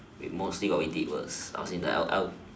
mostly what we did was I was in the L L